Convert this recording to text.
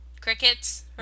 Crickets